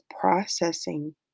processing